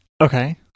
Okay